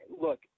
look